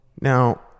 Now